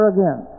Again